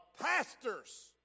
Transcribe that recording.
pastors